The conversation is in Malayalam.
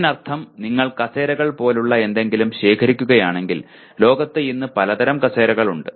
അതിനർത്ഥം നിങ്ങൾ കസേരകൾ പോലുള്ള എന്തെങ്കിലും ശേഖരിക്കുകയാണെങ്കിൽ ലോകത്ത് ഇന്ന് പലതരം കസേരകളുണ്ട്